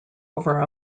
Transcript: over